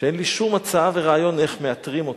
שאין לי שום הצעה ורעיון איך מאתרים אותה,